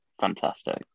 Fantastic